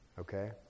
Okay